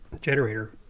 generator